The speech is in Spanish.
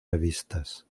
revistas